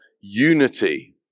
unity